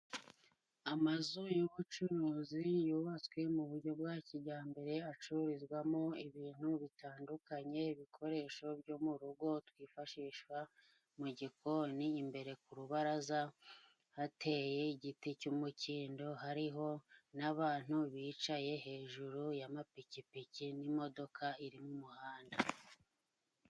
Amazu y'ubucuruzi yubatswe mu buryo bwa kijyambere, acururizwamo ibintu bitandukanye, ibikoresho byo mu rugo twifashisha mu gikoni, imbere ku rubaraza hateye igiti cy'umukindo, hariho n'abantu bicaye hejuru y'amapikipiki n'imodoka iri mu muhanda.